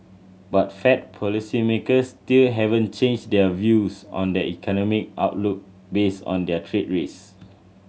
but Fed policymakers still haven't changed their views on the economic outlook based on their trade risk